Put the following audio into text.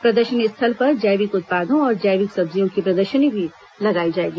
प्रदर्शनी स्थल पर जैविक उत्पादों और जैविक सब्जियों की प्रदर्शनी भी लगाई जाएगी